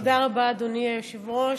תודה רבה, אדוני היושב-ראש.